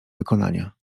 wykonania